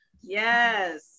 yes